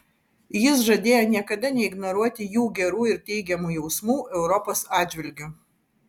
jis žadėjo niekada neignoruoti jų gerų ir teigiamų jausmų europos atžvilgiu